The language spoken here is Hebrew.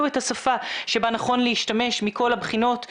את השפה בה נכון להשתמש מכל הבחינות במניעה,